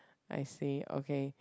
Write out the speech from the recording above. I see okay